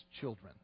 children